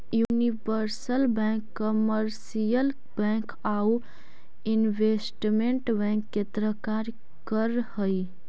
universal bank commercial bank आउ investment bank के तरह कार्य कर हइ